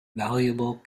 valuable